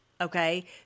Okay